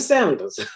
Sanders